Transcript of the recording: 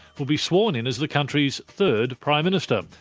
will be sworn in as the country's third prime minister.